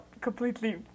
completely